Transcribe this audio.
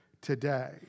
today